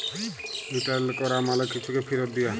return ক্যরা মালে কিছুকে ফিরত দিয়া